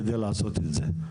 כדי לעשות את זה?